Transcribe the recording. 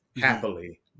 happily